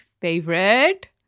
favorite